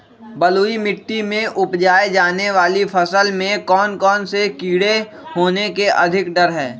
बलुई मिट्टी में उपजाय जाने वाली फसल में कौन कौन से कीड़े होने के अधिक डर हैं?